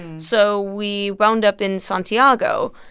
and so we wound up in santiago.